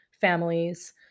families